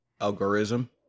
Algorithm